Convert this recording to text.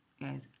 Guys